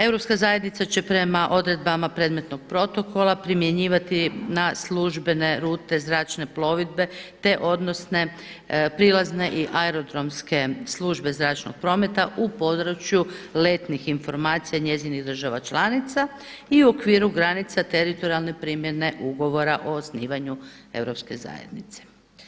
Europska zajednica će prema odredbama predmetnog Protokola primjenjivati na službene rute zračne plovidbe, te odnosne prilazne i aerodromske službe zračnog prometa u području letnih informacija njezinih država članica i u okviru granica teritorijalne primjene ugovora o osnivanju Europske zajednice.